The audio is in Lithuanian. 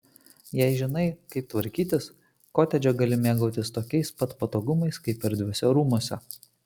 jei žinai kaip tvarkytis kotedže gali mėgautis tokiais pat patogumais kaip erdviuose rūmuose